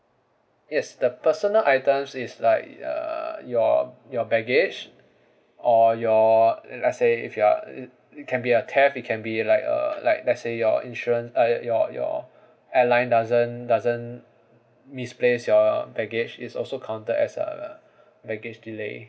yes the personal items is like uh your your baggage or your let's say if you're it it can be a theft it can be like a like let's say your insurance uh your your airline doesn't doesn't misplace your baggage is also counted as a baggage delay